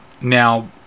Now